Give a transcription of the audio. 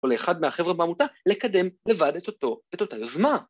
‫או לאחד מהחבר'ה בעמותה, ‫לקדם לבד את אותו, את אותה יוזמה